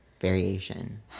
variation